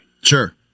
Sure